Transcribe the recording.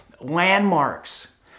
landmarks